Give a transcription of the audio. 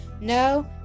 No